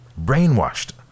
brainwashed